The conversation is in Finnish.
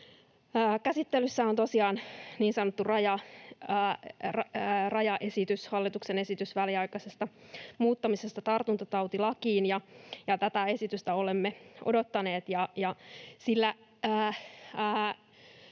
Käsittelyssä on tosiaan niin sanottu rajaesitys, hallituksen esitys väliaikaisesta muuttamisesta tartuntatautilakiin, ja tätä esitystä olemme odottaneet.